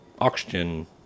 oxygen